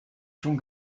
schon